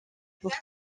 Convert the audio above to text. pour